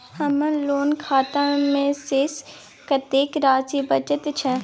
हमर लोन खाता मे शेस कत्ते राशि बचल छै?